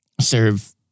serve